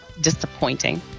Disappointing